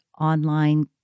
online